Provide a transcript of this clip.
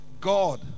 God